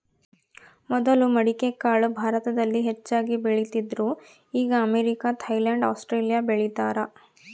ಮೊದಲು ಮಡಿಕೆಕಾಳು ಭಾರತದಲ್ಲಿ ಹೆಚ್ಚಾಗಿ ಬೆಳೀತಿದ್ರು ಈಗ ಅಮೇರಿಕ, ಥೈಲ್ಯಾಂಡ್ ಆಸ್ಟ್ರೇಲಿಯಾ ಬೆಳೀತಾರ